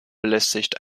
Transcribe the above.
belästigt